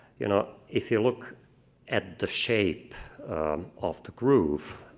you know if you look at the shape of the groove,